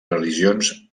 religions